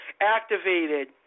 activated